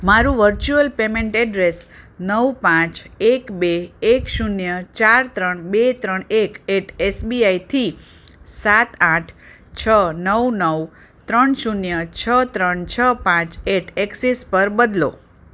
મારું virtual payment address નવ પાંચ એક બે એક શૂન્ય ચાર ત્રણ બે ત્રણ એક એટ એસબીઆઇથી સાત આઠ છ નવ નવ ત્રણ શૂન્ય છ ત્રણ છ પાંચ એટ એકસિસ પર બદલો